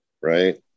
right